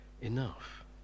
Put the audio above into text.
enough